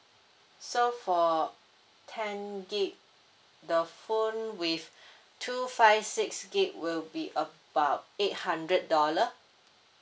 so for ten gigabyte the phone with two five six gigabyte will be about eight hundred dollar